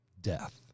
death